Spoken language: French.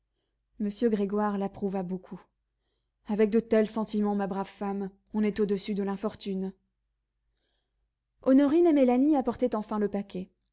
m grégoire l'approuva beaucoup avec de tels sentiments ma brave femme on est au-dessus de l'infortune honorine et mélanie apportaient enfin le paquet